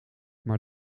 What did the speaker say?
maar